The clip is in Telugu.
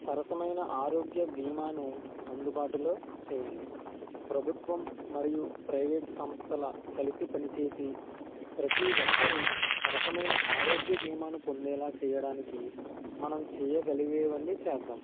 సరసమైన ఆరోగ్య బీమాను అందుబాటులో చేయండి ప్రభుత్వం మరియు ప్రైవేట్ సంస్థల కలిసి పనిచేసి ప్రతి ఒక్కరూ సరసమైన ఆరోగ్య బీమాను పొందేలా చేయడానికి మనం చేయగలిగేవన్నీ చేద్దాం